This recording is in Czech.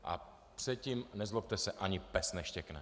A předtím, nezlobte se, ani pes neštěkne.